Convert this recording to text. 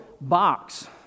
box